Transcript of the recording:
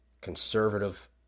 conservative